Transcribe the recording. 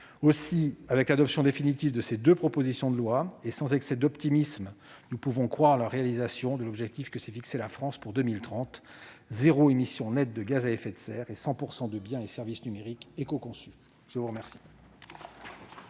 Aussi, avec l'adoption définitive de ces deux propositions de loi, et sans excès d'optimisme, nous pouvons croire en la réalisation de l'objectif que s'est fixé la France pour 2030 : zéro émission nette de gaz à effet de serre et 100 % de biens et services numériques écoconçus. La parole